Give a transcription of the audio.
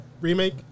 remake